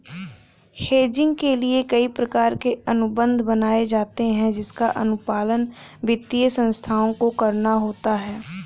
hedging के लिए कई प्रकार के अनुबंध बनाए जाते हैं जिसका अनुपालन वित्तीय संस्थाओं को करना होता है